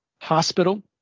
hospital